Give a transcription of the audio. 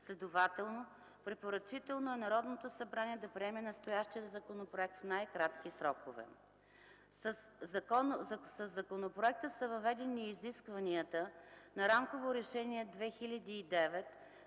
следователно е препоръчително Народното събрание да приеме настоящия законопроект в най-кратки срокове. III. Със законопроекта са въведени и изискванията на Рамково решение 2009/299/ПВР